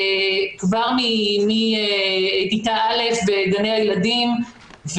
כבר מכיתה א' וגני הילדים,